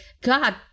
God